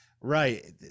Right